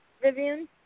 Vivian